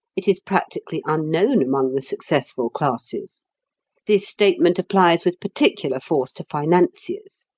it is practically unknown among the successful classes this statement applies with particular force to financiers.